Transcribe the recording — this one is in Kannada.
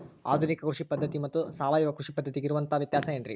ಆಧುನಿಕ ಕೃಷಿ ಪದ್ಧತಿ ಮತ್ತು ಸಾವಯವ ಕೃಷಿ ಪದ್ಧತಿಗೆ ಇರುವಂತಂಹ ವ್ಯತ್ಯಾಸ ಏನ್ರಿ?